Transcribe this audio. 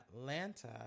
Atlanta